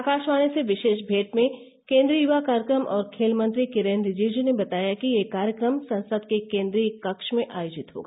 आकाशवाणी से विशेष मेंट में केन्द्रीय य्वा कार्यक्रम और खेल मंत्री किरेन रिजिजू ने बताया कि यह कार्यक्रम संसद के केन्द्रीय कक्ष में आयोजित होगा